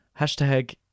Hashtag